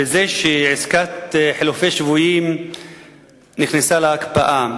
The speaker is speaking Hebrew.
וזה שעסקת חילופי שבויים נכנסה להקפאה,